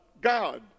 God